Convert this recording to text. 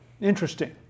Interesting